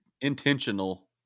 intentional